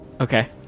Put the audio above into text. Okay